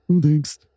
Thanks